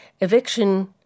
eviction